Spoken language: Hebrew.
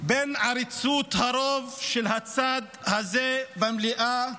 בין עריצות הרוב של הצד הזה במליאה